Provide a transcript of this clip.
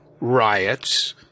riots